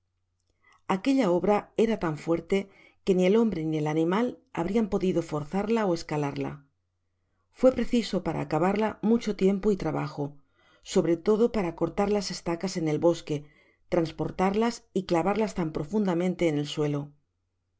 aquella obra era tan fuerte que ni el hombre ni el animal habrian podido forzarla o escalarla fué preciso para acabarla mucho tiempo y trabajo sobre todo para cortar las estacas en el bosque transportarlas y clavarlas tan profundamente en el suelo